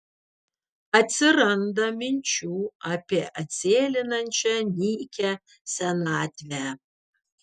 atsiranda minčių apie atsėlinančią nykią senatvę